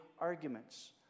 arguments